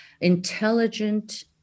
intelligent